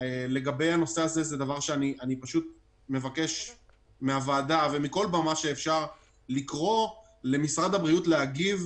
אני מבקש מהוועדה לקרוא למשרד הבריאות להגיב,